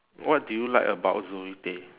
what do you like about zoe tay